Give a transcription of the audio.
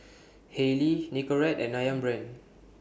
Haylee Nicorette and Ayam Brand